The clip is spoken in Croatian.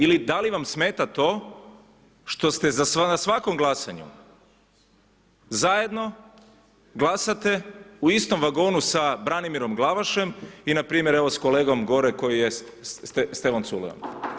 Ili da li vam smeta to što ste na svakom glasanju zajedno glasate u istom vagonu sa Branimirom Glavašem i npr. s kolegom koji je gore, Stevom Culejom?